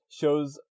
shows